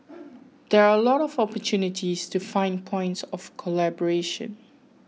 there are a lot of opportunities to find points of collaboration